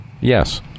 Yes